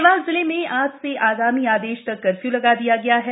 देवास जिले में आज से आगामी आदेश तक कर्फ्यू लगा दिया गया है